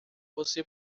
você